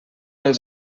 els